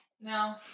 no